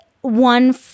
one